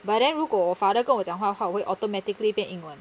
but then 如果我 father 跟我讲话我会 automatically 变英文